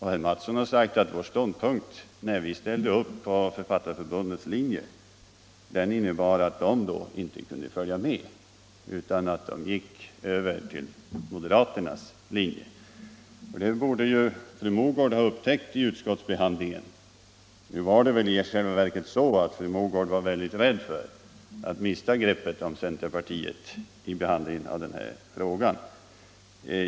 Herr Mattsson har sagt att vår ståndpunkt när vi ställde upp på Författarförbundets linje innebar att de centerpartistiska ledmöterna då inte kunde följa med utan gick över på moderaternas linje. Detta borde fru Mogård ha upptäckt vid utskottsbehandlingen. Nu var det väl emellertid i själva verket så, att fru Mogård var rädd för att mista greppet om centerpartiet vid behandlingen av den här frågan.